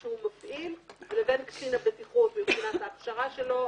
שהוא מפעיל לבין קצין הבטיחות מבחינת הכשרתו,